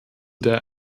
der